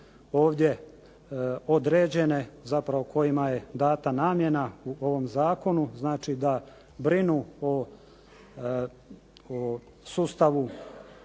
ovdje određene, zapravo kojima je dana namjena u ovom zakonu da brinu o sustavu